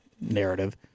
narrative